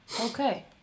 okay